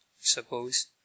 suppose